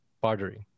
bartering